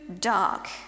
dark